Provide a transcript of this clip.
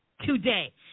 today